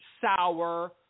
sour